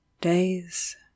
days